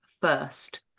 first